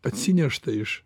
atsinešta iš